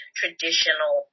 traditional